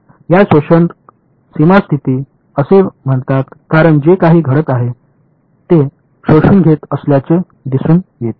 त्याला शोषक सीमा स्थिती असे म्हणतात कारण जे काही घडत आहे त्या शोषून घेत असल्याचे दिसून येते